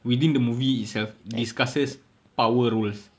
within the movie itself discusses power roles